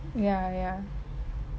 ya ya